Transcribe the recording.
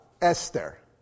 Esther